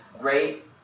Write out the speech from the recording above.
Great